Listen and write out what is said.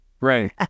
Right